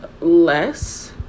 less